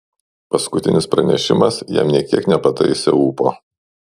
paskutinis pranešimas jam nė kiek nepataisė ūpo